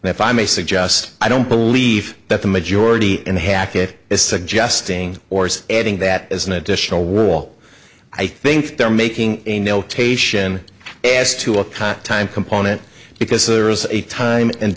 now if i may suggest i don't believe that the majority in hackett is suggesting or is adding that as an additional walk i think they're making a notation as to a cut time component because there is a time and